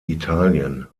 italien